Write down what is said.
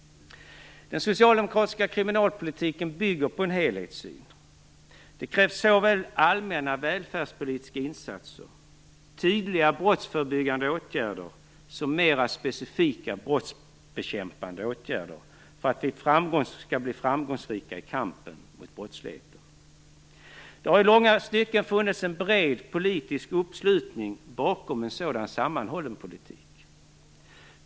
Den socialdemokratiska kriminalpolitiken bygger på en helhetssyn. Det krävs såväl allmänna välfärdspolitiska insatser, tydliga brottsförebyggande åtgärder som mer specifika brottsbekämpande åtgärder för att vi skall bli framgångsrika i kampen mot brottsligheten. Det har i långa stycken funnits en bred politisk uppslutning bakom en sådan sammanhållen politik.